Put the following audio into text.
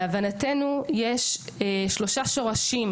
להבנתנו יש שלושה שורשים